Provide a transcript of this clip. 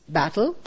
battle